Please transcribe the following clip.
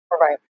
Right